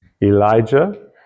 Elijah